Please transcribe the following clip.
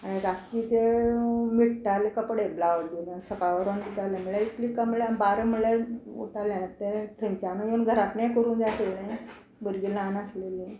रातची ते मिट्टालें कपडे ब्लावज बीन सकाळीं उठून शिंवतालें म्हळ्या इतलें काम म्हळ्या हांव बारा म्हळ्या उरतालें तें थंयच्यानूय येवन घरांतलें करूंक जाय आसललें भुरगीं ल्हान आसललीं